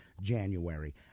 January